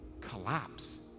collapse